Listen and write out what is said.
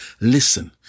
Listen